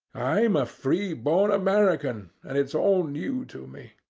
i'm a free-born american, and it's all new to me.